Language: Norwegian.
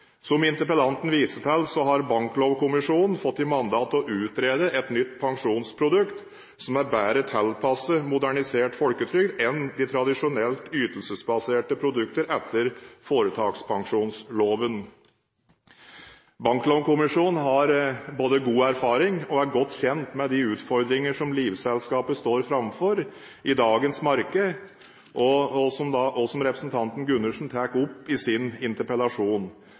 Som interpellanten viste til, har Banklovkommisjonen fått i mandat å utrede et nytt pensjonsprodukt som er bedre tilpasset modernisert folketrygd enn de tradisjonelt ytelsesbaserte produkter etter foretakspensjonsloven. Banklovkommisjonen har både god erfaring og er godt kjent med de utfordringer som livselskapene står overfor i dagens marked, og som representanten Gundersen tar opp i sin interpellasjon.